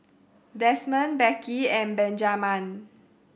Desmond Becky and Benjaman